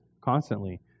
constantly